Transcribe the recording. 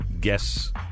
Guess